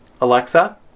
Alexa